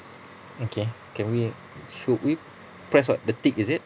okay can we should we press what the tick is it